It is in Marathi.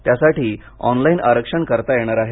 त्यासाठी ऑनलाइन आरक्षण करता येणार आहे